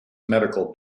medical